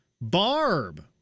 Barb